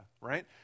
Right